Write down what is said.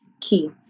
key